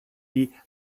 die